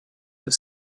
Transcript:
have